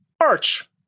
Arch